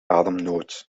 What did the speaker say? ademnood